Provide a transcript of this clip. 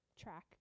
track